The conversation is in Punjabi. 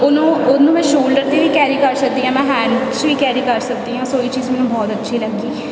ਉਹਨੂੰ ਉਹਨੂੰ ਮੈਂ ਸ਼ੋਲਡਰ 'ਤੇ ਵੀ ਕੈਰੀ ਕਰ ਸਕਦੀ ਹਾਂ ਮੈਂ ਹੈਂਡ 'ਚ ਵੀ ਕੈਰੀ ਕਰ ਸਕਦੀ ਹਾਂ ਸੋ ਇਹ ਚੀਜ਼ ਮੈਨੂੰ ਬਹੁਤ ਅੱਛੀ ਲੱਗੀ